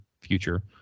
future –